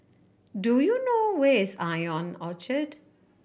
do you know where is Ion Orchard